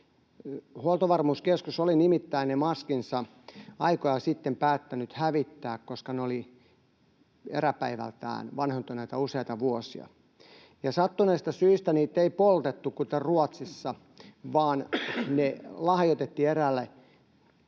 Huoltovarmuuskeskus oli nimittäin ne maskinsa aikoja sitten päättänyt hävittää, koska ne olivat eräpäivältään vanhentuneita, useita vuosia, ja sattuneista syistä niitä ei poltettu, kuten Ruotsissa, vaan ne lahjoitettiin eräälle kolmannen